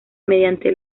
mediante